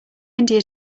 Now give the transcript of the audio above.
india